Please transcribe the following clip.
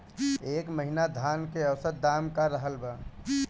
एह महीना धान के औसत दाम का रहल बा?